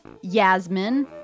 Yasmin